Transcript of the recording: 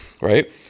right